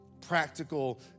practical